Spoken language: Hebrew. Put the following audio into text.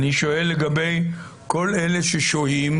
אני שואל לגבי כל אלה ששוהים